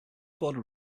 border